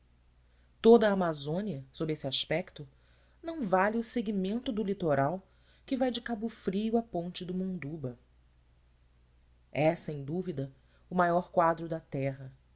a amazônia sob este aspeto não vale o segmento do litoral que vai de cabo frio à ponta do munduba é sem dúvida o maior quadro da terra